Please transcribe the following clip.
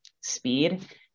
speed